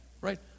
Right